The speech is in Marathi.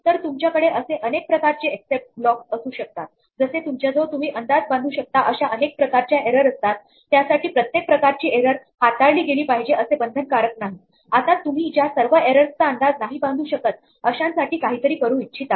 तर तुमच्याकडे जसे अनेक प्रकारचे एक्सेप्ट ब्लॉक्स असू शकतात जसे तुमच्याजवळ तुम्ही अंदाज बांधू शकता अशा अनेक प्रकारच्या एरर असतात त्यासाठी प्रत्येक प्रकारची एरर हाताळली गेली पाहिजे असे बंधनकारक नाही आता तुम्ही ज्या सर्व एररस चा अंदाज नाही बांधू शकत अशांसाठी काहीतरी करू इच्छिता